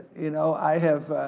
you know, i have,